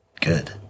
Good